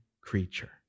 creature